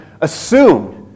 assumed